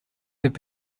have